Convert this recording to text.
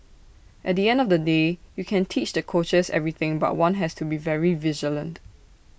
at the end of the day you can teach the coaches everything but one has to be very vigilant